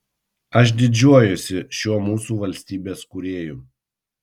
aš didžiuojuosi šiuo mūsų valstybės kūrėju